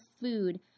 food